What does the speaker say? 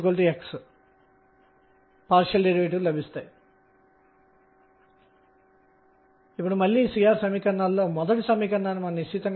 ఇవి pr అంటే ∂E∂ṙ ఇది mṙ ఇది p ఇది ∂E∂θ̇ ఇది mr2̇